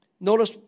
Notice